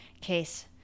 case